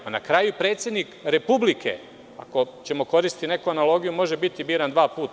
Na kraju predsednik Republike, ako ćemo da koristimo neku analogiju, može biti biran dva puta.